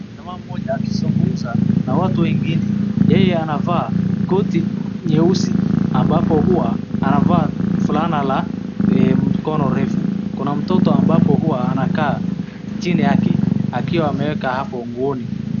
Jamaa mmoja akizunguza na watu wengine. Yeye anavaa koti nyeusi ambapo huwa anavaa fulana la mikono refu. Kuna mtoto ambapo huwa anakaa chini yake akiwa ameeka hapo nguoni.